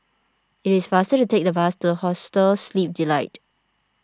it is faster to take the bus to Hostel Sleep Delight